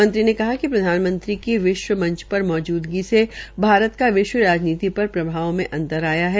मंत्री ने कहा कि प्रधानमंत्री की विश्व मंच पर मौजूदगी से भारत का विश्व राजनीति पर प्रभाव में अंतर आया है